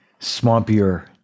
swampier